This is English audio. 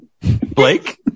Blake